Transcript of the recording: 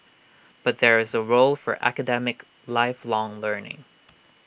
but there is A role for academic lifelong learning